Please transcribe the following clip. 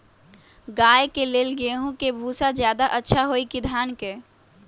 गाय के ले गेंहू के भूसा ज्यादा अच्छा होई की धान के?